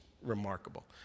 remarkable